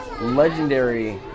legendary